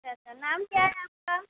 اچھا اچھا نام کیا ہے آپ کا